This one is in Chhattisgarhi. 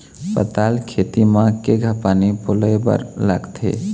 पताल के खेती म केघा पानी पलोए बर लागथे?